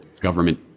government